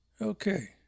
okay